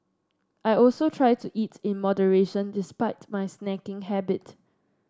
I also try to eat in moderation despite my snacking habit